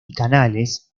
canales